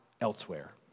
elsewhere